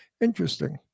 Interesting